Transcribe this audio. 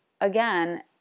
Again